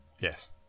yes